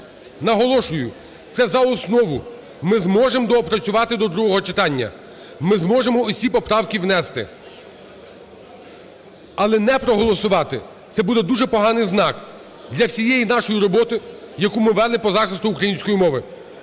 Наголошую, це за основу. Ми зможемо доопрацювати до другого читання. Ми зможемо всі поправки внести. Але не проголосувати – це буде дуже поганий знак для всієї нашої роботи, яку ми вели по захисту української мови,